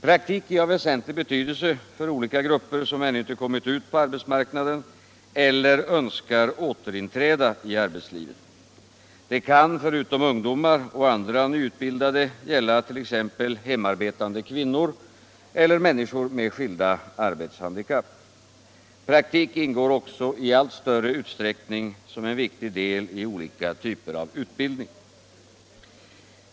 Praktik är av väsentlig betydelse för olika grupper som ännu inte kommit ut på arbetsmarknaden eller önskar återinträda i arbetslivet. Det kan förutom ungdomar och andra nyutbildade gälla t.ex. hemarbetande kvinnor eller människor med skilda arbetshandikapp. Praktik ingår också i allt större utsträckning som en viktig del i olika typer av utbildning.